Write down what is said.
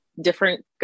different